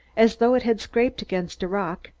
as though it had scraped against a rock,